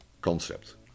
concept